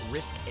Risk